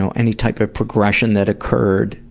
so any type of progression that occurred?